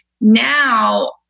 now